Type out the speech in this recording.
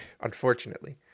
unfortunately